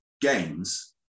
games